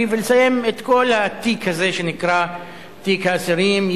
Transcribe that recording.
ולסיים את כל התיק הזה, שנקרא תיק האסירים.